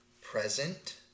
present